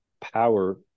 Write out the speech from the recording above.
power